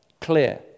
clear